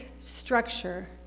structure